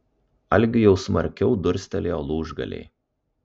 algiui jau smarkiau durstelėjo lūžgaliai